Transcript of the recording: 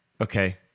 okay